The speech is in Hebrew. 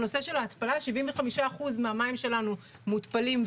הנושא של ההתפלה 75% מהמים שלנו מותפלים,